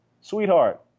Sweetheart